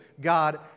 God